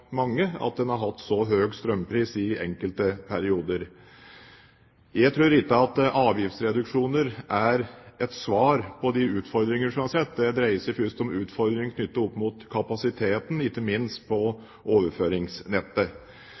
mange at en har hatt så høy strømpris i enkelte perioder. Jeg tror ikke at avgiftsreduksjoner er et svar på de utfordringer som vi har sett. Det dreier seg først og fremst om utfordringer knyttet opp mot kapasiteten, ikke minst på overføringsnettet.